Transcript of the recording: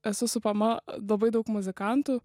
esu supama labai daug muzikantų